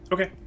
Okay